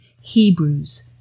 Hebrews